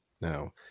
Now